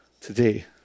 today